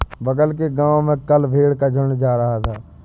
बगल के गांव में कल भेड़ का झुंड जा रहा था